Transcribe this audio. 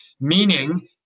meaning